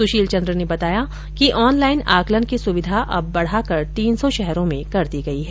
सुशील चंद्र ने बताया कि ऑनलाइन आकलन की सुविधा अब बढ़ाकर तीन सौ शहरों में कर दी गयी है